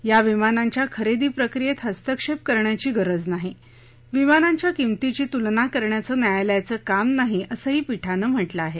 या विमानांच्या खरेदी प्रक्रियेत हस्तक्षेप करण्याची गरज नाही विमानांच्या किमतींची तुलना करण्याचं न्यायालयाचं काम नाही असंही पीठानं म्हटलं आहे